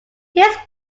his